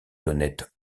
l’honnête